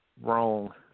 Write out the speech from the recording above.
Wrong